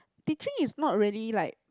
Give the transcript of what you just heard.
teaching is not really like